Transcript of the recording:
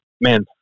man